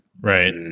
right